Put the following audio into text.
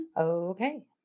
Okay